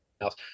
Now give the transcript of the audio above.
else